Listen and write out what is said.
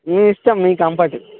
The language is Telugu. మీ ఇష్టం మీ కంఫర్ట్